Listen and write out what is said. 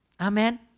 Amen